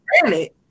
granted